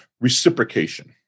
reciprocation